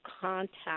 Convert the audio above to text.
contact